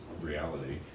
reality